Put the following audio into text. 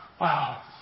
wow